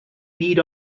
need